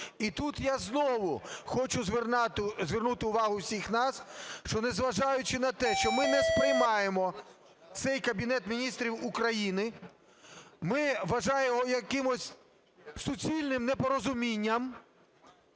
І тут я знову хочу звернути увагу всіх нас, що незважаючи на те, що ми не сприймаємо цей Кабінет Міністрів України, ми вважаємо його якимось суцільним непорозумінням